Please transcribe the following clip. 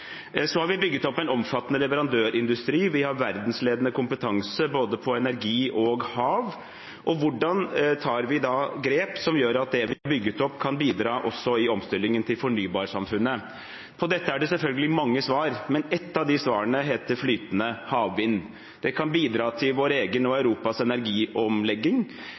har bygd opp en omfattende leverandørindustri, og vi har verdensledende kompetanse både på energi og på hav. Hvordan tar vi da grep som gjør at det vi har bygd opp, kan bidra også i omstillingen til fornybarsamfunnet? På dette spørsmålet er det selvfølgelig mange svar, og et av de svarene heter flytende havvind. Det kan bidra til vår egen og Europas energiomlegging.